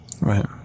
Right